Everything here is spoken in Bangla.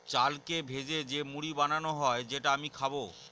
চালকে ভেজে যে মুড়ি বানানো হয় যেটা আমি খাবো